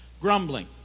grumbling